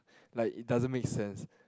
like it doesn't make sense